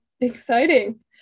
exciting